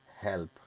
help